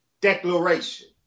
declaration